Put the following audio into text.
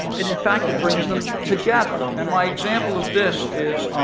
and in fact, it brings them together. and my example of this is,